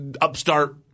upstart